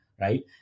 right